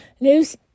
news